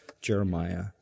Jeremiah